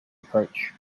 approach